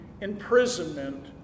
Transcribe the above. imprisonment